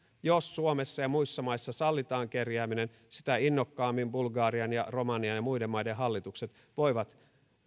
jos suomessa ja muissa maissa sallitaan kerjääminen sitä innokkaammin bulgarian ja romanian ja muiden maiden hallitukset voivat